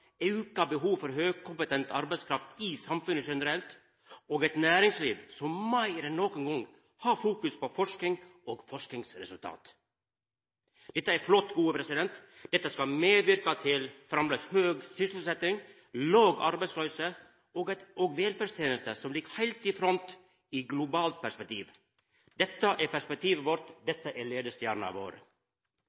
auka behov for høgkompetent arbeidskraft i samfunnet generelt og eit næringsliv som meir enn nokon gong har fokus på forsking og forskingsresultat. Dette er flott. Dette skal medverka til framleis høg sysselsetjing, låg arbeidsløyse og velferdstenester som ligg heilt i front i globalt perspektiv. Dette er perspektivet vårt, dette er